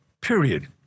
Period